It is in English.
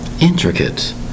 Intricate